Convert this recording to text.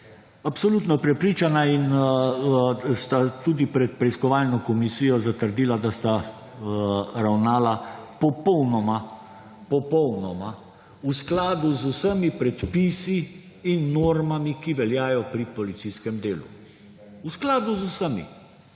absolutno prepričana in sta tudi pred preiskovalno komisijo zatrdila, da sta ravnala popolnoma v skladu z vsemi predpisi in normami, ki veljajo pri policijskem delu. V skladu z vsemi!